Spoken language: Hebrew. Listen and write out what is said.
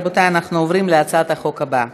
רבותי, אנחנו עוברים להצעת החוק הבאה,